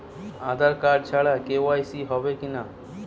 আধার card ছাড়া KYC হবে কিনা?